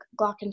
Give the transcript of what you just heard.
glockenspiel